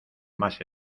más